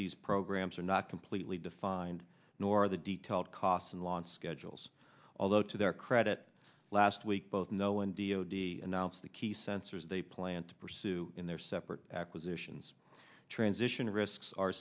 s programs are not completely defined nor the detailed costs and launch schedules although to their credit last week both no and d o d announce the key sensors they plan to pursue in their separate acquisitions transition risks are